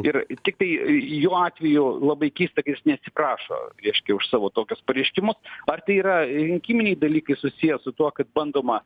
ir tiktai jo atveju labai keista kad jis neatsiprašo reiškia už savo tokius pareiškimus ar tai yra rinkiminiai dalykai susiję su tuo kad bandoma